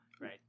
Right